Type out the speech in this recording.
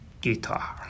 guitar